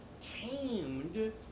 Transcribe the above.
tamed